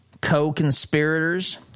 co-conspirators